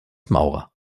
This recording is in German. maurer